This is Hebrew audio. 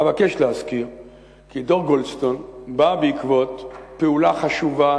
אבקש להזכיר כי דוח-גולדסטון בא בעקבות פעולה חשובה,